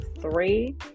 three